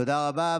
תודה רבה.